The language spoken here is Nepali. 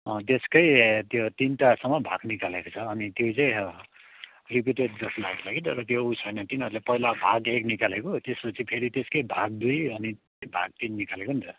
त्यसको त्यो तिनवटासम्म भाग निकालेको छ अनि त्यो चाहिँ रिपिटेड जस्तो लाग्छ कि तर त्यो उयो छैन तिनीहरूले पहिला भाग एक निकालेको त्यस पछि फेरि त्यसको भाग दुई अनि भाग तिन निकालेको नि त